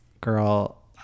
girl